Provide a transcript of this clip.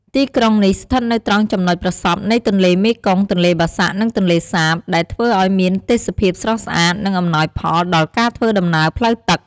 ទីក្រុងនេះស្ថិតនៅត្រង់ចំណុចប្រសព្វនៃទន្លេមេគង្គ ទន្លេបាសាក់ និងទន្លេសាប ដែលធ្វើឱ្យមានទេសភាពស្រស់ស្អាត និងអំណោយផលដល់ការធ្វើដំណើរផ្លូវទឹក។